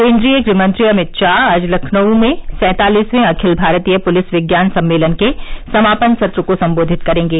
केन्द्रीय गृह मंत्री अमित शाह आज लखनऊ में सैंतालिसवें अखिल भारतीय पुलिस विज्ञान सम्मेलन के समापन सत्र को सम्बोधित करेंगे